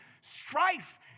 strife